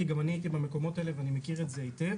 כי גם אני הייתי במקומות האלה ואני מכיר את זה היטב.